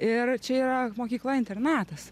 ir čia yra mokykla internatas